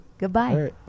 Goodbye